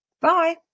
Bye